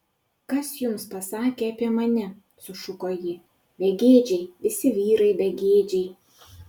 kas jums pasakė apie mane sušuko ji begėdžiai visi vyrai begėdžiai